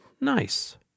nice